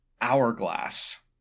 hourglass